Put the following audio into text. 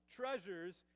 treasures